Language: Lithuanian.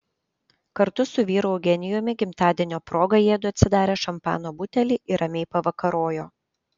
kartu su vyru eugenijumi gimtadienio proga jiedu atsidarė šampano butelį ir ramiai pavakarojo